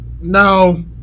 No